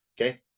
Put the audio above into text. okay